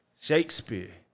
Shakespeare